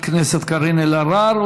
הכנסת קארין אלהרר,